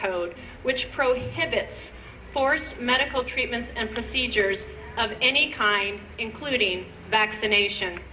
code which prohibits force medical treatments and procedures of any kind including vaccination